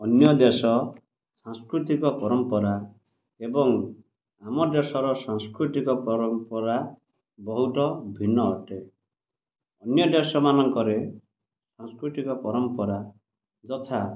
ଅନ୍ୟ ଦେଶ ସାଂସ୍କୃତିକ ପରମ୍ପରା ଏବଂ ଆମ ଦେଶର ସାଂସ୍କୃତିକ ପରମ୍ପରା ବହୁତ ଭିନ୍ନ ଅଟେ ଅନ୍ୟ ଦେଶ ମାନଙ୍କରେ ସାଂସ୍କୃତିକ ପରମ୍ପରା ଯଥା